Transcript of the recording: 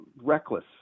reckless